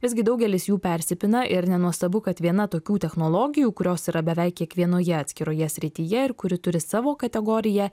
visgi daugelis jų persipina ir nenuostabu kad viena tokių technologijų kurios yra beveik kiekvienoje atskiroje srityje ir kuri turi savo kategoriją